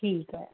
ਠੀਕ ਹੈ